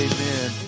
Amen